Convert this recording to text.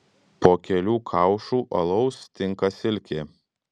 po kelių kaušų alaus tinka silkė